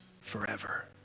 forever